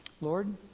Lord